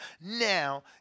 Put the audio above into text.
now